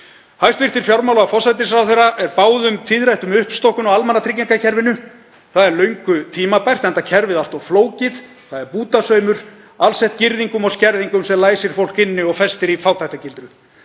hæstv. forsætisráðherra verður báðum tíðrætt um uppstokkun á almannatryggingakerfinu. Það er löngu tímabært, enda kerfið allt of flókið. Það er bútasaumur, alsett girðingum og skerðingum sem læsir fólk inni og festir í fátæktargildru.